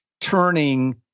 turning